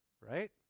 right